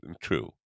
true